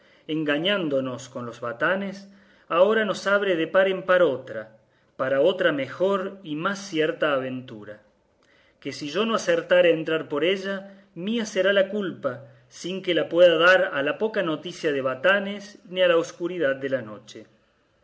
engañándonos con los batanes ahora nos abre de par en par otra para otra mejor y más cierta aventura que si yo no acertare a entrar por ella mía será la culpa sin que la pueda dar a la poca noticia de batanes ni a la escuridad de la noche